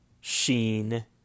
sheen